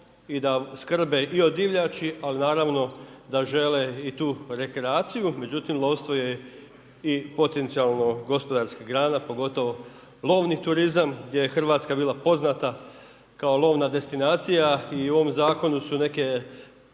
i da skrbe i o divljači ali naravno da žele i tu rekreaciju međutim lovstvo je i potencijalno gospodarska grana pogotovo lovni turizam gdje je Hrvatska bila poznata kao lovna destinacija i u ovom zakonu su neka